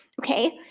Okay